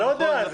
לא יודע.